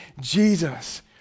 Jesus